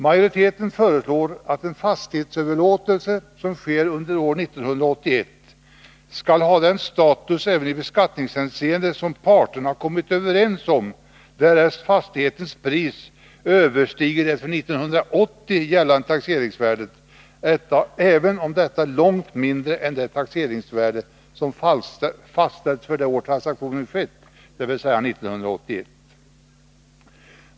Majoriteten föreslår att en fastighetsöverlåtelse som sker under år 1981 skall ha den status även i beskattningshänseende som parterna kommit överens om, därest fastighetens pris överstiger det för 1980 gällande taxeringsvärdet, även om detta är långt mindre än det taxeringsvärde som fastställts för det år transaktionen skett, dvs. 1981.